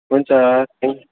हुन्छ थ्याङ्क